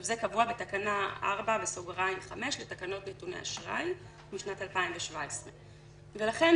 זה קבוע בתקנה 4(5) לתקנות נתוני אשראי לשנת 2017. ולכן,